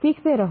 सीखते रहो